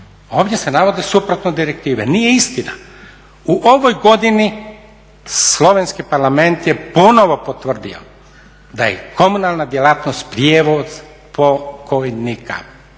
Ovdje se navodi suprotno od direktive. Nije istina. U ovoj godini Slovenski parlament je ponovo potvrdio da je komunalna djelatnost prijevoz pokojnika